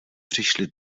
přišli